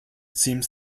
seems